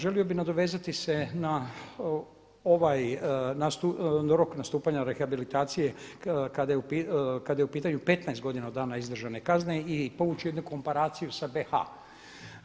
Želio bih nadovezati se na ovaj rok nastupanja rehabilitacije kada je u pitanju 15 godina od dana izdržane kazne i povući jednu komparaciju sa BiH-a.